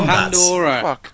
Pandora